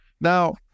Now